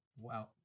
Wow